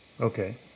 Okay